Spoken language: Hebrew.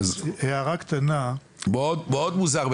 מאוד מוזר.